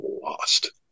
lost